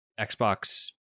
Xbox